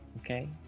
Okay